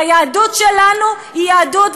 והיהדות שלנו היא יהדות,